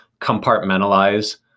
compartmentalize